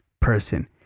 person